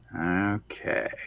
Okay